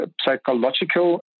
psychological